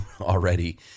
already